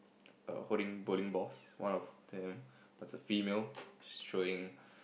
err holding bowling balls one of them is a female she's throwing